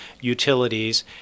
utilities